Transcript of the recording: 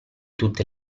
tutte